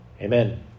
Amen